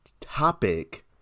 topic